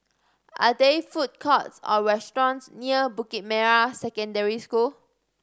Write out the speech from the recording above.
are there food courts or restaurants near Bukit Merah Secondary School